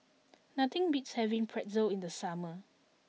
nothing beats having Pretzel in the summer